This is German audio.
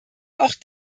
auch